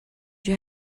you